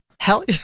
Hell